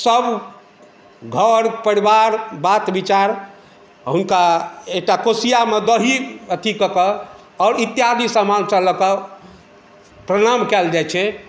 सब घर परिवार बात विचार हुनका एकटा कोसिआमे दही अथी कऽ कऽ आओर इत्यादि सामानसँ लऽ कऽ प्रणाम कएल जाइ छै